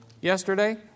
yesterday